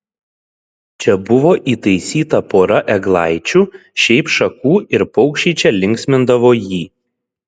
čia buvo įtaisyta pora eglaičių šiaip šakų ir paukščiai čia linksmindavo jį